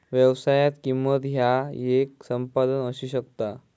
व्यवसायात, किंमत ह्या येक संपादन असू शकता